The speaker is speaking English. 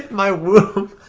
my womb